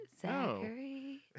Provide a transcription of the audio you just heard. Zachary